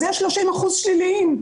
אז יש 30% שליליים.